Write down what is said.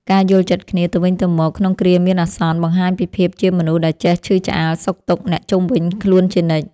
ការយល់ចិត្តគ្នាទៅវិញទៅមកក្នុងគ្រាមានអាសន្ន បង្ហាញពីភាពជាមនុស្សដែលចេះឈឺឆ្អាលសុខទុក្ខអ្នកជុំវិញខ្លួនជានិច្ច។